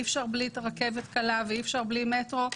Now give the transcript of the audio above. אי אפשר בלי רכבת קלה ואי אפשר בלי מטרו